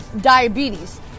diabetes